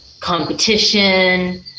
competition